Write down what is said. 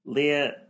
Leah